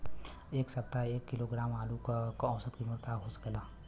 एह सप्ताह एक किलोग्राम आलू क औसत कीमत का हो सकेला?